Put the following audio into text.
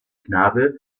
knabe